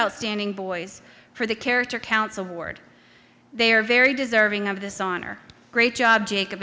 outstanding boys for the character counts award they are very deserving of this honor great job jacob